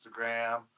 Instagram